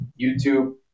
YouTube